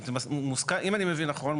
אם אני מבין נכון,